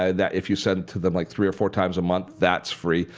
ah that if you send to them like three or four times a month, that's free.